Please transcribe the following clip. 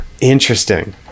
interesting